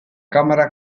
cámara